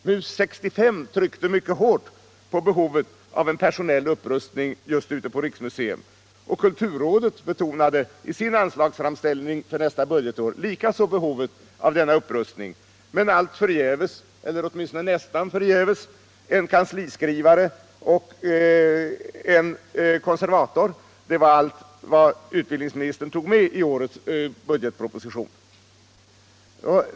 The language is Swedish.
MUS 65 tryckte hårt på behovet av en personell upprustning just på riksmuseet, och kulturrådet betonade i sin anslagsframställning för nästa budgetår likaså behovet av denna upprustning — men allt förgäves eller åtminstone nästan förgäves. En kansliskrivare och en konservator var allt som utbildningsministern tog med i årets budgetproposition.